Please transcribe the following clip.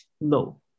low